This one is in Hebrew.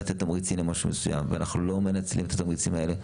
לתת תמריץ משהו מסוים ואנחנו לא מנצלים את התמריצים האלה,